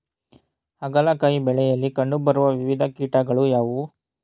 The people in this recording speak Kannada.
ಹಾಗಲಕಾಯಿ ಬೆಳೆಯಲ್ಲಿ ಕಂಡು ಬರುವ ವಿವಿಧ ಕೀಟಗಳು ಯಾವುವು?